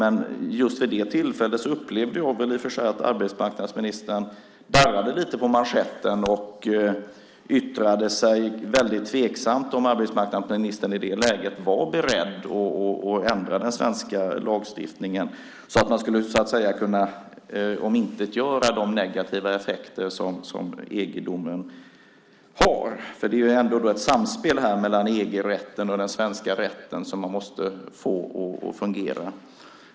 Men just vid det tillfället upplevde jag i och för sig att arbetsmarknadsministern darrade lite på manschetten och yttrade sig väldigt tveksamt om han i det läget var beredd att ändra den svenska lagstiftningen så att man skulle kunna omintetgöra de negativa effekter som EG-domen har. Det är ändå ett samspel mellan EG-rätten och den svenska rätten som man måste få att fungera.